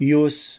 use